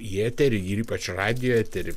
į eterį ir į ypač radijo eterį